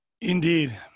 Indeed